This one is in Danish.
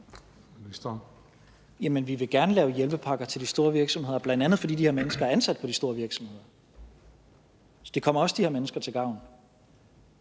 vi vil gerne lave hjælpepakker til de store virksomheder, bl.a. fordi de her mennesker er ansat på de store virksomheder; så det kommer også de her mennesker til gavn.